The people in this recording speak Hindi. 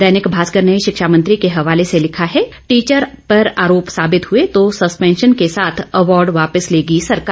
दैनिक भास्कर ने शिक्षा मंत्री के हवाले से लिखा है टीचर पर आरोप साबित हुए तो सस्पेंशन के साथ अवार्ड वापस लेगी सरकार